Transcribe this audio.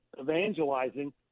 evangelizing